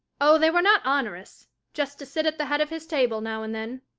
oh, they were not onerous just to sit at the head of his table now and then.